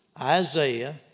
Isaiah